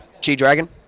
G-Dragon